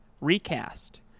recast